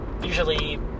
usually